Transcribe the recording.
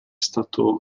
stato